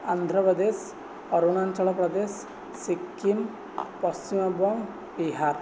Andhra Pradesh Arunachal Pradesh Sikkim Paschimbanga Bihar